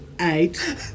eight